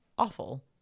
awful